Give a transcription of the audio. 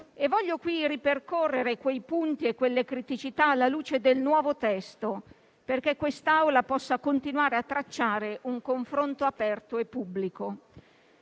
Voglio qui ripercorrere quei punti e quelle criticità alla luce del nuovo testo, perché quest'Assemblea possa continuare a tracciare un confronto aperto e pubblico.